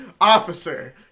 Officer